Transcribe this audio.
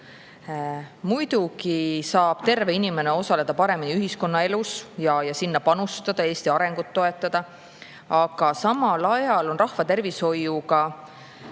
Muidugi saab terve inimene osaleda paremini ühiskonnaelus ja sinna panustada, Eesti arengut toetada, aga samal ajal on rahvatervishoiuga